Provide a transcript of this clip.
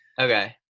Okay